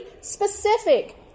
specific